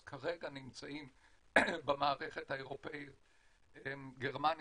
אז כרגע נמצאות במערכת האירופאית גרמניה,